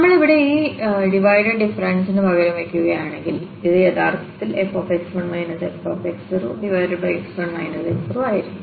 നമ്മൾ ഇവിടെ ഈ ഡിവൈഡഡ് ഡിഫറെൻസ് പകരം വയ്ക്കുകയാണെങ്കിൽ അത് യഥാർത്ഥത്തിൽfx1 fx0x1 x0 ആയിരുന്നു